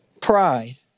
Pride